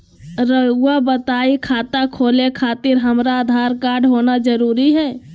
रउआ बताई खाता खोले खातिर हमरा आधार कार्ड होना जरूरी है?